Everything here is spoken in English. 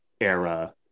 era